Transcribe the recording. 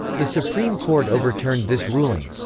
the supreme court overturned this ruling.